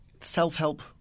self-help